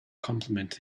compliment